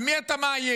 על מי אתה מאיים?